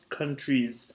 countries